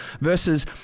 versus